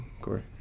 Corey